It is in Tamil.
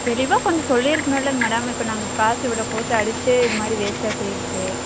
தெளிவாக கொஞ்சம் சொல்லியிருக்கணுல்லங்க மேடம் இப்போ நாங்கள் காசு இவ்வளோ போட்டு அடித்தே இது மாதிரி வேஸ்டாக போயிடுச்சு